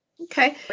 Okay